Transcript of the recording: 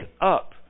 up